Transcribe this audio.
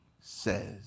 says